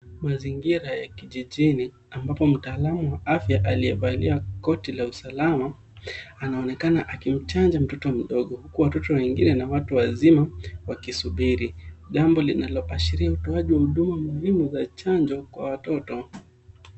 Mazingira ya kijijini ambapo mtaalamu wa afya aliye valia koti la usalama anaonekana akimchanja mtoto mdogo. Watoto wengine na watu wazima wakisubiri. Jambo linaloashiria utoaji wa huduma muhimu wa chanjo kwa watoto.